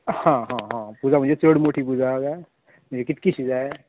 हा हा हा पुजा म्हणजे चड मोटी पुजा गाय म्हणजे कितकिशी जाय